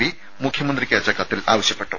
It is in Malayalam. പി മുഖ്യമന്ത്രിക്ക് അയച്ച കത്തിൽ ആവശ്യപ്പെട്ടു